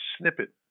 snippet